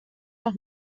noch